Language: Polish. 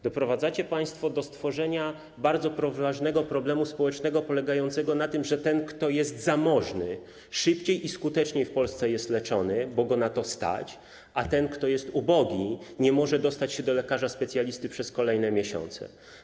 Doprowadzacie państwo do stworzenia bardzo poważnego problemu społecznego polegającego na tym, że ten, kto jest zamożny, szybciej i skuteczniej w Polsce jest leczony, bo go na to stać, a ten, kto jest ubogi, nie może dostać się do lekarza specjalisty przez kolejne miesiące.